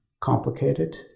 complicated